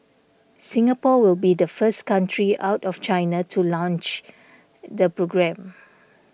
Singapore will be the first country out of China to launch the programme